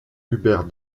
hubert